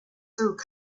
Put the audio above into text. through